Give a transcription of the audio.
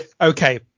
Okay